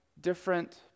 different